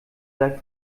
sei